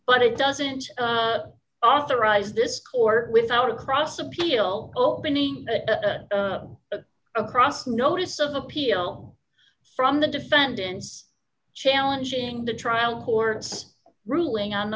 but it doesn't authorize this court without a cross appeal opening across a notice of appeal from the defendants challenging the trial court's ruling on the